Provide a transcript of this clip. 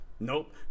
Nope